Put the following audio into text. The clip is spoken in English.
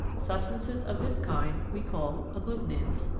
substances of this kind we call agglutinins.